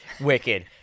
Wicked